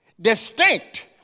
distinct